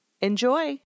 Enjoy